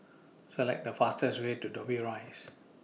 Select The fastest Way to Dobbie Rise